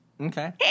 Okay